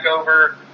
over